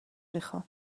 میخام